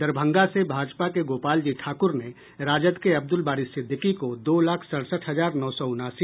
दरभंगा से भाजपा के गोपाल जी ठाकुर ने राजद के अब्दुल बारी सिद्दीकी को दो लाख सड़सठ हजार नौ सौ उनासी